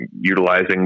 utilizing